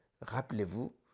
Rappelez-vous